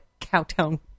cowtown